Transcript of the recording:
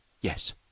Yes